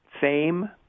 fame